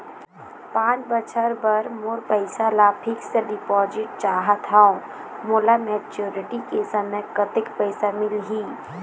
पांच बछर बर मोर पैसा ला फिक्स डिपोजिट चाहत हंव, मोला मैच्योरिटी के समय कतेक पैसा मिल ही?